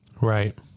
Right